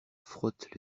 frotte